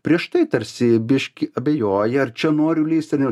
prieš tai tarsi biškį abejoji ar čia noriu lįsti ar ne